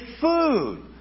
food